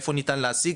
איפה ניתן להשיג.